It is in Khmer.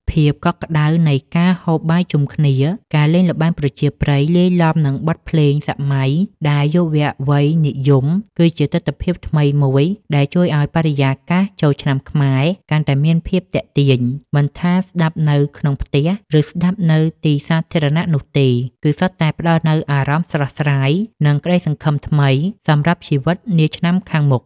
ភាពកក់ក្តៅនៃការហូបបាយជុំគ្នា ការលេងល្បែងប្រជាប្រិយលាយឡំនឹងបទភ្លេងសម័យដែលយុវវ័យនិយម គឺជាទិដ្ឋភាពថ្មីមួយដែលជួយឱ្យបរិយាកាសចូលឆ្នាំខ្មែរកាន់តែមានភាពទាក់ទាញ មិនថាស្តាប់នៅក្នុងផ្ទះ ឬស្តាប់នៅទីសាធារណៈនោះទេ គឺសុទ្ធតែផ្តល់នូវអារម្មណ៍ស្រស់ស្រាយ និងក្តីសង្ឃឹមថ្មីសម្រាប់ជីវិតនាឆ្នាំខាងមុខ។